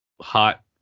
hot